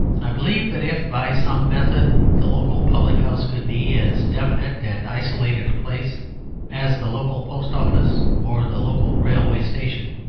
i believe that if by some method the local public-house could be as definite and isolated a place as the local post-office or the local railway station,